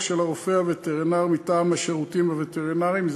של הרופא הווטרינר מטעם השירותים הווטרינריים,